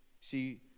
See